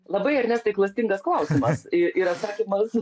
labai ernestai klastingas klausimas ir atsakymas